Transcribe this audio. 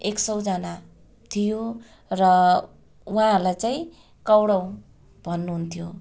एक सौजना थियो र उहाँहरूलाई चाहिँ कौरव भन्नु हुन्थ्यो